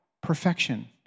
perfection